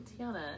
Tiana